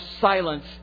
silence